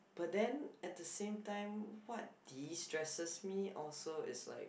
but then at the same time what destresses me also is like